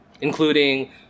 Including